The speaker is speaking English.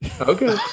Okay